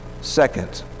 Second